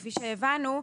כפי שהבנו,